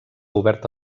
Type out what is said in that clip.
obert